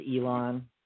Elon